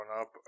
up